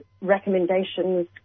recommendations